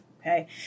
Okay